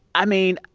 i mean,